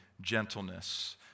gentleness